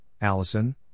Allison